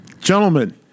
Gentlemen